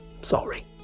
Sorry